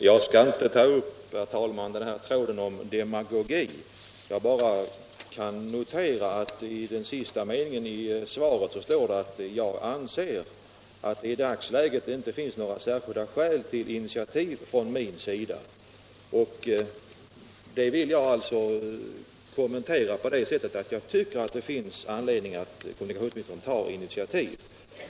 Herr talman! Jag skall inte ta upp tråden om demagogi utan bara notera att den sista meningen i kommunikationsministerns svar lyder: ”Jag anser att det i dagsläget inte finns några särskilda skäl till initiativ från min sida.” Min kommentar är att jag tycker att det finns anledning att kommunikationsministern tar initiativ.